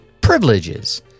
privileges